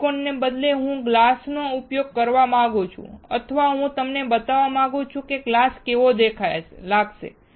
સિલિકોનને બદલે હું ગ્લાસ નો ઉપયોગ કરવા માંગુ છું અથવા હું તમને બતાવવા માંગું છું કે ગ્લાસ કેવો લાગશે